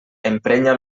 emprenya